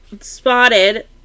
spotted